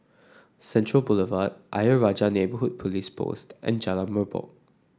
Central Boulevard Ayer Rajah Neighbourhood Police Post and Jalan Merbok